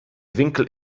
winkel